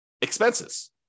expenses